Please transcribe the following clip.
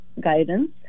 guidance